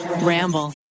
Ramble